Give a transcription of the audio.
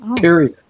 period